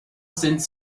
sends